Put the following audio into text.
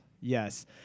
yes